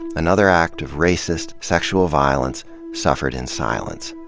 another act of racist, sexual violence suffered in silence.